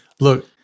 Look